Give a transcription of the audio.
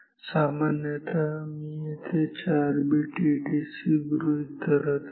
सामान्यतः मी येथे 4 बिट एडीसी गृहीत धरत आहे